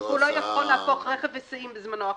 הוא לא יכול להפוך רכב היסעים בזמנו החופשי.